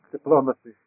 Diplomacy